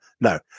No